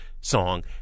song